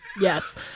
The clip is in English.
yes